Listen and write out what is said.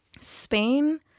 Spain